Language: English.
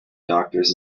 doctors